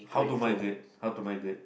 how to migrate how to migrate